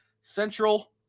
central